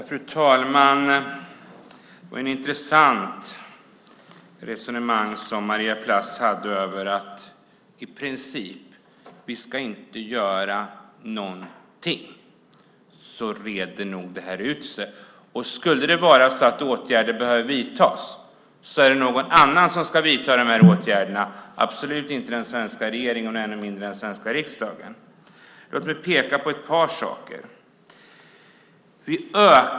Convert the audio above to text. Fru talman! Det var ett intressant resonemang som Maria Plass hade om att vi i princip inte ska göra någonting, så reder nog det här ut sig. Skulle det vara så att åtgärder behöver vidtas är det någon annan som ska vidta de åtgärderna, absolut inte den svenska regeringen och ännu mindre den svenska riksdagen. Låt mig peka på ett par saker.